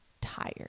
tired